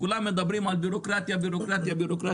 כולם מדברים על בירוקרטיה ובירוקרטיה,